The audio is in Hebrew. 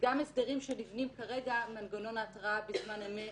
וגם הסדרים שנבנים כרגע, מנגנון ההתרעה בזמן אמת,